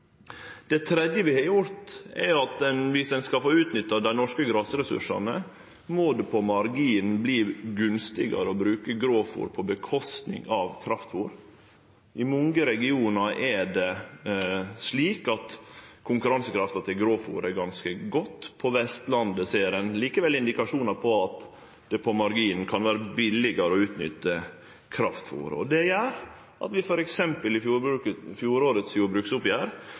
Det tredje vi har gjort, er knytt til at viss ein skal få utnytta dei norske grasressursane, må det på marginen verte gunstigare å bruke grovfôr i staden for kraftfôr. I mange regionar er konkurransekrafta til grovfôr ganske god. På Vestlandet ser ein likevel indikasjonar på at det på marginen kan vere billigare å nytte kraftfôr. Det gjorde at vi f.eks. i fjorårets jordbruksoppgjer